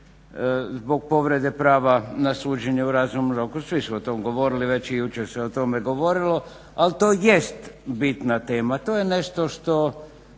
zbog povrede prava na suđenje u razumnom roku. Svi smo to govorili već i jučer se o tome govorilo. Ali to jest bitna tema, to je nešto što